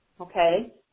okay